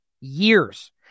Years